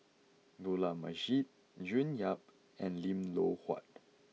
Dollah Majid June Yap and Lim Loh Huat